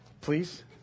please